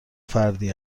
فردی